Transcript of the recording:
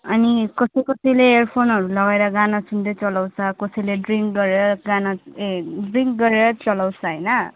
अनि कसै कसैले फोनहरू लगाएर गाना सुन्दै चलाउँछ कसैले ड्रिङ्क गरेर गाना ए ड्रिङ्क गरेर चलाउँछ होइन